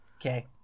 Okay